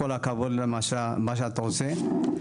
כל הכבוד למה שאתה עושה.